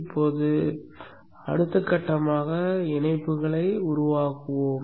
இப்போது அடுத்த கட்டமாக இணைப்புகளை உருவாக்குவோம்